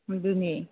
ꯑꯗꯨꯅꯤ